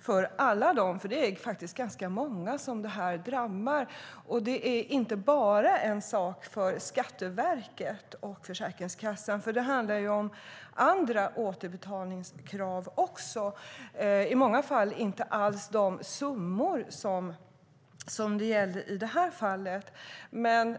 för alla, och det är faktiskt ganska många som drabbas. Det är inte bara en sak för Skatteverket och Försäkringskassan. Det handlar också om andra återbetalningskrav, och i många fall rör det sig inte alls om de summor som jag nämnde tidigare.